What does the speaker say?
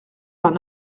vingt